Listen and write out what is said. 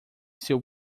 seu